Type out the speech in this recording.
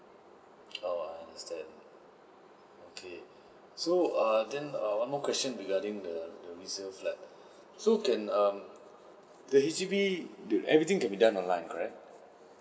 oh I understand okay so err then err one more question regarding the the resale flat so can err the basically everything can be done online correct